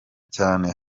cyane